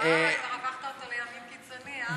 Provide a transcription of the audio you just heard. אה, כבר הפכת אותו לימין קיצוני, אה?